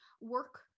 work